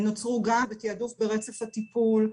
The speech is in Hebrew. -- -בתיעדוף ברצף הטיפול,